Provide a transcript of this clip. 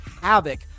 havoc